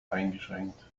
eingeschränkt